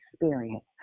experience